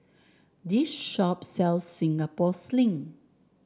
this shop sells Singapore Sling